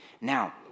Now